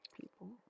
people